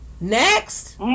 Next